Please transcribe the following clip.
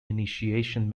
initiation